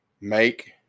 make